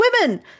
women